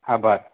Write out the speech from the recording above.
આભાર